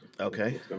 Okay